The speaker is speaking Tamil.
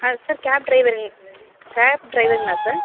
ஹலோ சார் கேப் டிரைவருங் கேப் டிரைவருங்ளா சார்